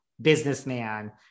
businessman